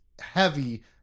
heavy